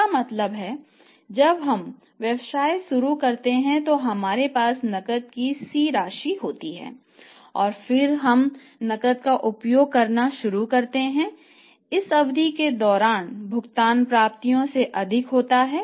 इसका मतलब है जब हम व्यवसाय शुरू करते हैं तो हमारे पास नकद की C राशि होती है और फिर हम नकद का उपयोग करना शुरू करते हैं इस अवधि के दौरान भुगतान प्राप्तियों से अधिक होता है